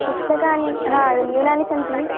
पुस्तकानि हा न्यूनानि सन्ति